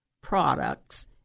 products